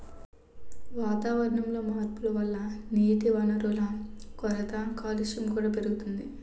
వాతావరణంలో మార్పుల వల్ల నీటివనరుల కొరత, కాలుష్యం కూడా పెరిగిపోతోంది